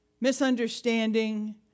misunderstanding